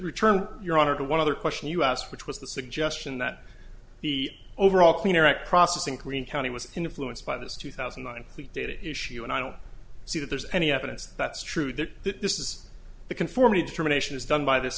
return your honor to one other question you asked which was the suggestion that the overall cleaner at processing green county was influenced by this two thousand and three data issue and i don't see that there's any evidence that's true there that this is the conformity determination is done by this